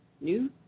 New